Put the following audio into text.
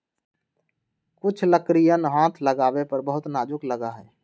कुछ लकड़ियन हाथ लगावे पर बहुत नाजुक लगा हई